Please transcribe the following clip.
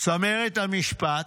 צמרת המשפט,